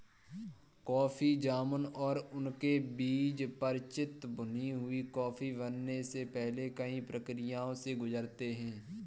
coffee जामुन और उनके बीज परिचित भुनी हुई कॉफी बनने से पहले कई प्रक्रियाओं से गुजरते हैं